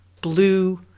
blue